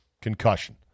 concussion